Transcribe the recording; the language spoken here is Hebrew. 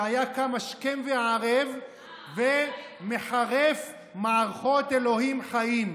שהיה קם השכם והערב ומחרף מערכות אלוקים חיים.